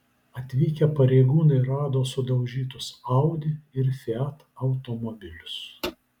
atvykę pareigūnai rado sudaužytus audi ir fiat automobilius